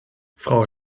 frau